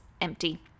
empty